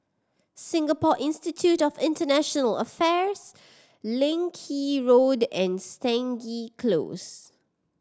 Singapore Institute of International Affairs Leng Kee Road and Stangee Close